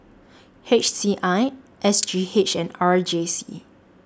H C I S G H and R J C